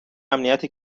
امنیت